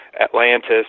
Atlantis